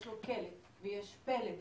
יש לו קלט ויש לו פלט,